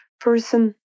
person